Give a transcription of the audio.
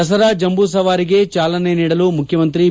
ದಸರಾ ಜಂಬೂ ಸವಾರಿಗೆ ಚಾಲನೆ ನೀಡಲು ಮುಖ್ಯಮಂತ್ರಿ ಬಿ